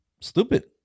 stupid